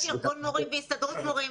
יש ארגון מורים והסתדרות מורים,